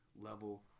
level